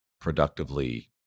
productively